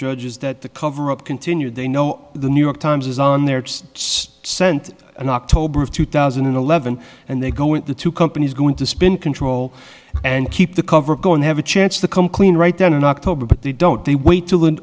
judges that the cover up continued they know the new york times is on their scent in october of two thousand and eleven and they go into two companies going to spin control and keep the cover going have a chance to come clean right then in october but they don't they want t